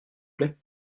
plait